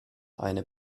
eine